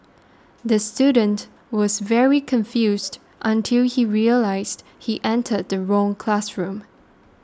the student was very confused until he realised he entered the wrong classroom